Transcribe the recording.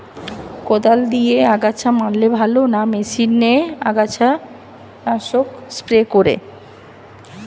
কদাল দিয়ে আগাছা মারলে ভালো না মেশিনে আগাছা নাশক স্প্রে করে?